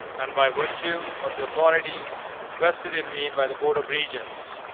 and by virtue of the authority vested in me by the board of regents,